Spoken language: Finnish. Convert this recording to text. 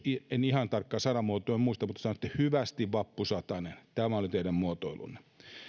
en ihan tarkkaa sanamuotoa muista mutta sanoitte hyvästi vappusatanen tämä oli teidän muotoilunne